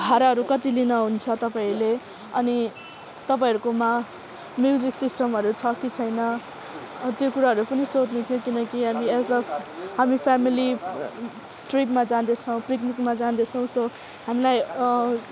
भाडाहरू कति लिनहुन्छ तपाईँहरूले अनि तपाईँहरूकोमा म्युजिक सिस्टमहरू छ कि छैन त्यो कुराहरू पनि सोध्नु थियो किनकि हामी एज अ हामी फेमिली ट्रिपमा जाँदैछौँ पिकनिकमा जाँदैछौँ सो हामीलाई